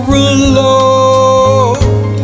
alone